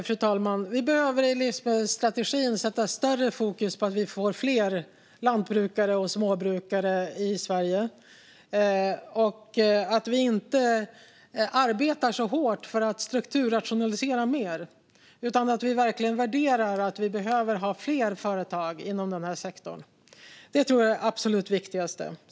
Fru talman! Vi behöver i livsmedelsstrategin sätta större fokus på att få fler lantbrukare och småbrukare i Sverige och inte arbeta så hårt för att strukturrationalisera mer. Vi behöver verkligen värdera att vi får fler företag inom denna sektor. Det tror jag är det absolut viktigaste.